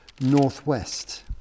northwest